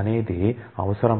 అనేది అవసరం అని